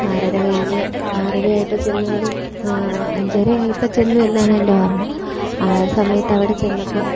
ആറര കഴിഞ്ഞ് ആറര ആയപ്പോൾ ചെന്നാലും അഞ്ചര ആയപ്പം ചെന്നു എന്നാണ് എൻ്റെ ഓർമ്മ ആ സമയത്ത് അവിടെ ചെന്നപ്പോൾ